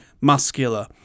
muscular